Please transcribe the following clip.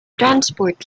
transport